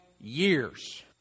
years